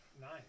Nice